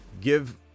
give